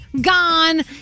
gone